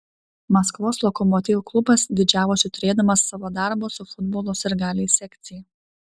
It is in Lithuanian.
maskvos lokomotiv klubas didžiavosi turėdamas savo darbo su futbolo sirgaliais sekciją